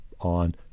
on